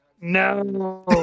No